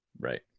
Right